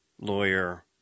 lawyer